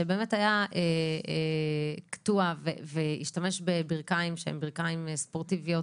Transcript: שבאמת היה קטוע והשתמש בברכיים ספורטיביות